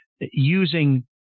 using